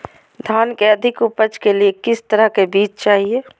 धान की अधिक उपज के लिए किस तरह बीज चाहिए?